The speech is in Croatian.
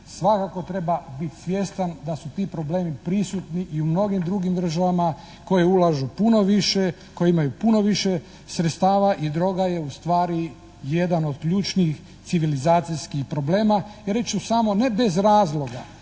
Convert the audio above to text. svakako treba bit svjestan da su ti problemi prisutni i u mnogim drugim državama koje ulažu puno više, koje imaju puno više sredstava. I droga je ustvari jedan od ključnih civilizacijskih problema. Jer reći ću samo, ne bez razloga